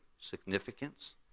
significance